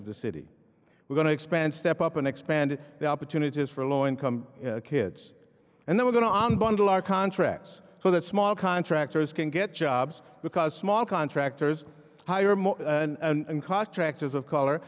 of the city we're going to expand step up and expand the opportunities for low income kids and they were going to on bundle our contracts so that small contractors can get jobs because small contractors hire more and contractors of color